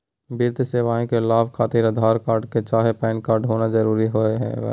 वित्तीय सेवाएं का लाभ खातिर आधार कार्ड चाहे पैन कार्ड होना जरूरी बा?